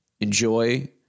enjoy